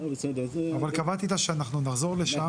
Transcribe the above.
אבל קבעתי איתה שנחזור לשם.